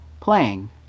playing